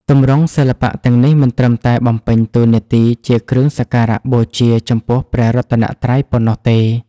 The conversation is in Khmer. ទម្រង់សិល្បៈទាំងនេះមិនត្រឹមតែបំពេញតួនាទីជាគ្រឿងសក្ការបូជាចំពោះព្រះរតនត្រ័យប៉ុណ្ណោះទេ